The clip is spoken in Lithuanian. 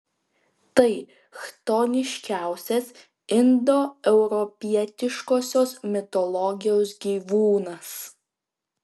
tai chtoniškiausias indoeuropietiškosios mitologijos gyvūnas